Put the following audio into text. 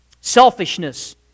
Selfishness